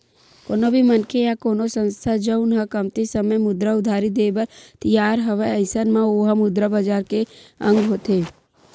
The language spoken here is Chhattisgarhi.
कोनो भी मनखे या कोनो संस्था जउन ह कमती समे मुद्रा उधारी देय बर तियार हवय अइसन म ओहा मुद्रा बजार के अंग होथे